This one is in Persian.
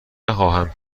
نخواهم